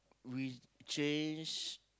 we change